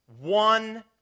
One